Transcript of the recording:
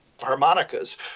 Harmonicas